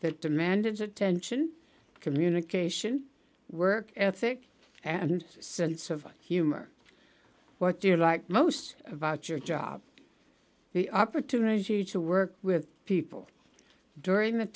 that demands attention communication work ethic and sense of humor what do you like most about your job the opportunity to work with people during th